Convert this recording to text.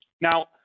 Now